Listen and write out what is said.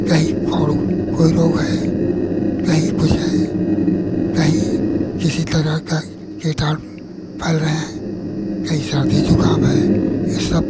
कहीं फोड़ों कोई रोग है कहीं कुछ है कहीं किसी तरह के कीटाणु फ़ैल रहे हैं कहीं सर्दी ज़ुख़ाम है ये सब